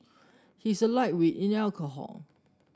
he is a lightweight in alcohol